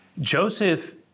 Joseph